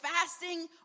fasting